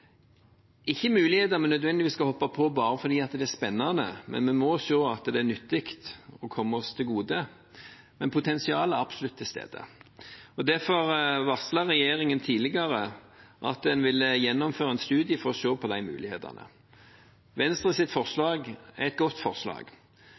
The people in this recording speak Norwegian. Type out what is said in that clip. ikke muligheter vi nødvendigvis skal hoppe på bare fordi det er spennende. Vi må også se at det er nyttig og kommer oss til gode, men potensialet er absolutt til stede. Derfor varslet regjeringen tidligere at en ville gjennomføre en studie for å se på disse mulighetene. Venstres forslag er et godt forslag. Jeg synes det er naturlig at Venstre